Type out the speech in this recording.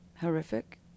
horrific